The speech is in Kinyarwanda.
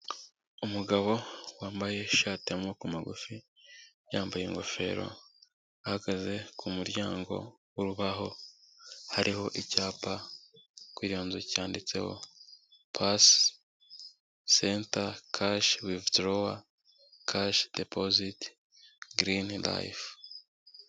Umugabo wambaye ishati y'amaboko magufi, yambaye ingofero, ahagaze ku muryango w'urubaho hariho icyapa kuri iyo nzu, cyanditseho pasi senta kashi wivudorowa kashi depoziti girini rayifu.